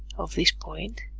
of this point